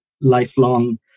lifelong